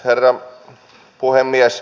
herra puhemies